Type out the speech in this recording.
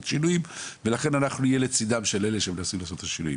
שינויים ולכן אנחנו נהיה לצדם של אלה שמנסים לעשות את השינויים.